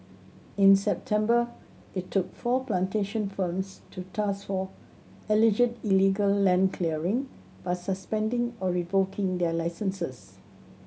in September it took four plantation firms to task for alleged illegal land clearing by suspending or revoking their licences